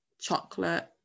chocolate